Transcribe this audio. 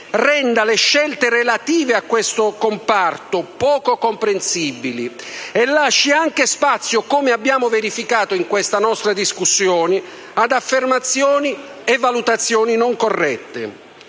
renda le scelte relative a questo comparto poco comprensibili e lasci anche spazio, come abbiamo verificato in questa nostra discussione, ad affermazioni e valutazioni non corrette.